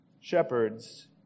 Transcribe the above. shepherds